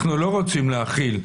אנחנו לא רוצים להכיל,